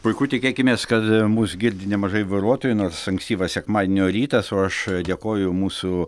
puiku tikėkimės kad mus girdi nemažai vairuotojų nors ankstyvą sekmadienio rytą su aš dėkoju mūsų